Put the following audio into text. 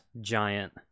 giant